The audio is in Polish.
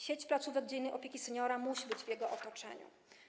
Sieć placówek dziennej opieki seniora musi być w jego otoczeniu.